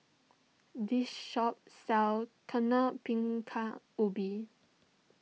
this shop sells Bingka Ubi